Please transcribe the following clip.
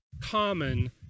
common